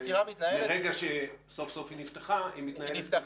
מרגע שהיא סוף סוף נפתחה, היא מתנהלת.